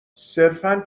صرفا